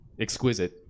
Exquisite